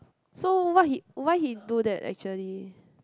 so what he why he do that actually